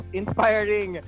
inspiring